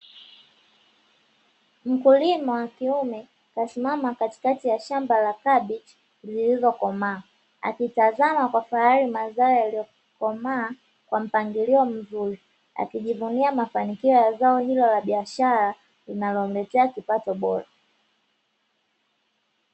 Mkulima wa kiume kasimama katikati ya shamba la kabichi zilizokomaa, akitazama kwa fahari mazao yaliyokomaa kwa mpangilio mzuri, akijivunia mafanikio ya zao hilo la biashara linalomletea kipato bora.